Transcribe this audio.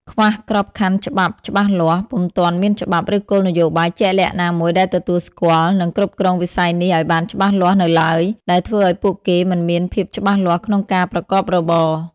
ខ្វះក្របខ័ណ្ឌច្បាប់ច្បាស់លាស់ ពុំទាន់មានច្បាប់ ឬគោលនយោបាយជាក់លាក់ណាមួយដែលទទួលស្គាល់ និងគ្រប់គ្រងវិស័យនេះឱ្យបានច្បាស់លាស់នៅឡើយ ដែលធ្វើឱ្យពួកគេមិនមានភាពច្បាស់លាស់ក្នុងការប្រកបរបរ ។